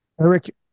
Eric